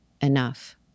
enough